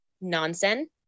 Nonsense